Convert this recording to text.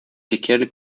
lesquels